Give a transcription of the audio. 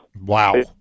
Wow